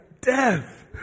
death